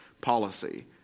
policy